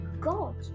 god